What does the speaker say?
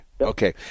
Okay